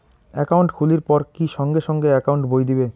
Account খুলির পর কি সঙ্গে সঙ্গে একাউন্ট বই দিবে?